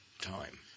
time